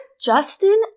Justin